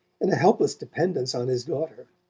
and a helpless dependence on his daughter.